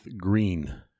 green